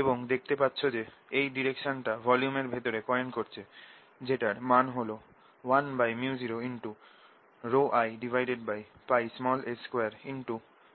এবং দেখতে পাচ্ছ যে এর ডাইরেকশনটা ভলিউমের ভেতরে পয়েন্ট করছে যেটার মাণ হল 1µ0ρIa2µ0I2πa